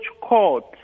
court